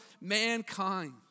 mankind